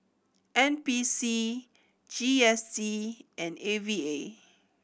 N P C G S T and A V A